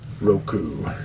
Roku